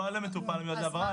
לא על מטופל המיועד להעברה,